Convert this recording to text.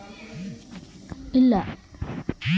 Sir ನಿಧಿ ವರ್ಗಾವಣೆ ಮಾಡಿದರೆ ರೊಕ್ಕ ಕಟ್ ಆಗುತ್ತದೆಯೆ?